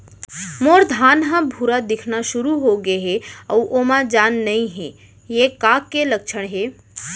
मोर धान ह भूरा दिखना शुरू होगे हे अऊ ओमा जान नही हे ये का के लक्षण ये?